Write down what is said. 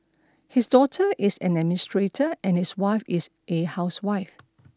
his daughter is an administrator and his wife is a housewife